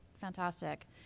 fantastic